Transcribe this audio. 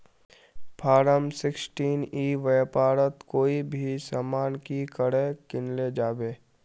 Form sixteen ई व्यापारोत कोई भी सामान की करे किनले जाबे?